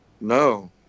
No